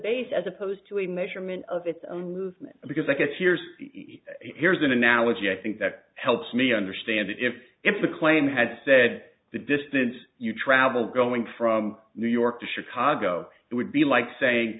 base as opposed to a measurement of its own movement because i guess here's here's an analogy i think that helps me understand if if the claim had said the distance you travel going from new york to chicago it would be like saying